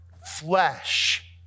flesh